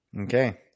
Okay